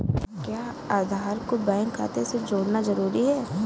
क्या आधार को बैंक खाते से जोड़ना जरूरी है?